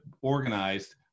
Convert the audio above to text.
organized